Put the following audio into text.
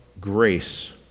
grace